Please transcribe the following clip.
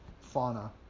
fauna